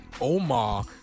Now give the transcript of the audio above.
Omar